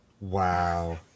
Wow